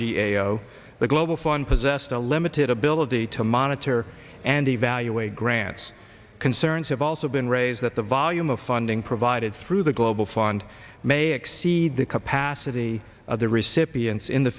g a o the global fund possessed a limited ability to monitor and evaluate grants concerns have also been raised that the volume of funding provided through the global fund may exceed the capacity of the recipients in the